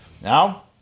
Now